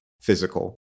physical